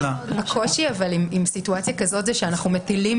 הקושי עם סיטואציה כזאת הוא שאנחנו מטילים